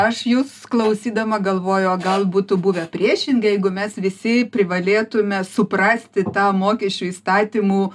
aš jus klausydama galvojau gal būtų buvę priešingai jeigu mes visi privalėtume suprasti tą mokesčių įstatymų